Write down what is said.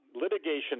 litigation